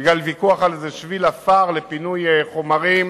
בגלל ויכוח על איזה שביל עפר לפינוי חומרים.